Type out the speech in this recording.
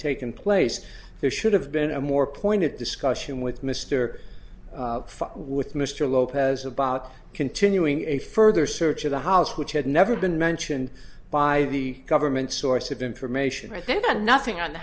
taken place there should have been a more pointed discussion with mister with mr lopez about continuing a further search of the house which had never been mentioned by the government source of information right then nothing on the